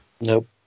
nope